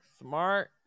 Smart